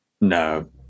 No